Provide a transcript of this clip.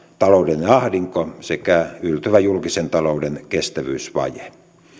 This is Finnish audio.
taloudellinen ahdinko sekä yltyvä julkisen talouden kestävyysvaje